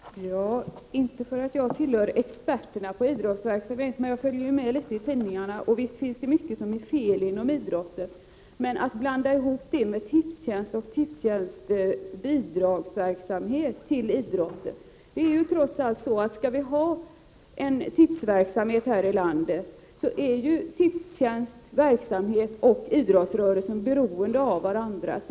Herr talman! Inte för att jag tillhör experterna på idrottsverksamhet, men jag följer med litet i tidningarna. Visst finns det mycket som är fel inom idrotten, men därför behöver man inte blanda ihop det med Tipstjänst och Tipstjänsts bidragsverksamhet till idrotten. Skall vi ha en tipsverksamhet i vårt land, är Tipstjänsts verksamhet och idrottsrörelsen beroende av varandra.